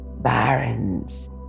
Barons